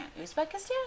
Uzbekistan